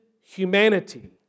humanity